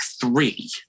three